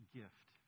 gift